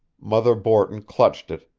mother borton clutched it,